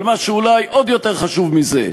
אבל מה שאולי עוד יותר חשוב מזה,